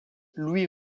louis